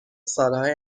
سالهای